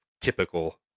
typical